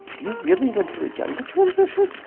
you really went through a gender transition?